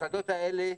המסעדות האלה,